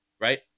right